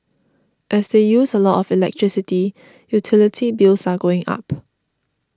as they use a lot of electricity utility bills are going up